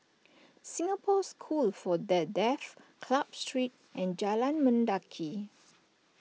Singapore School for the Deaf Club Street and Jalan Mendaki